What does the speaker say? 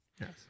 yes